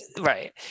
Right